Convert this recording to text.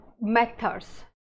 methods